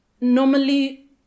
normally